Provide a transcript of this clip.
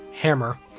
Hammer